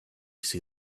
see